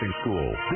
School